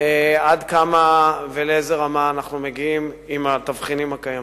עד כמה ולאיזו רמה אנחנו מגיעים עם התבחינים הקיימים.